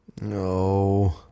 No